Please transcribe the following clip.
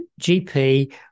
GP